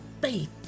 faith